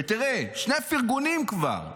ותראה, שני פרגונים כבר,